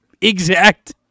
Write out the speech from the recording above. exact